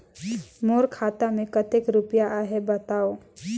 मोर खाता मे कतेक रुपिया आहे बताव?